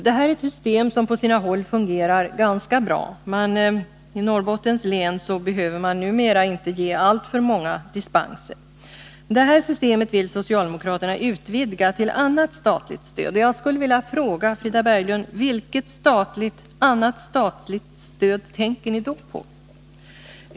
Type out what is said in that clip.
Det här är ett system som på sina håll fungerar ganska bra. I Norrbottens län behöver man numera inte ge alltför många dispenser. Detta system vill socialdemokraterna utvidga till annat statligt stöd. Jag skulle vilja fråga Frida Berglund: Vilket annat statligt stöd tänker ni då på?